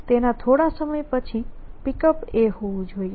તેના થોડા સમય પછી Pickup હોવું જોઇએ